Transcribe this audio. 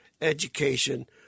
education